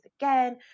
again